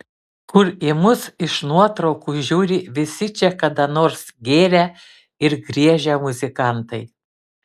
kur į mus iš nuotraukų žiūri visi čia kada nors gėrę ir griežę muzikantai